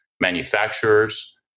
manufacturers